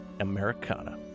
Americana